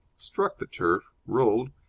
struck the turf, rolled,